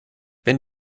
wenn